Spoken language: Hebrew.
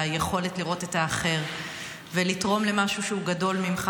והיכולת לראות את האחר ולתרום למשהו שהוא גדול ממך.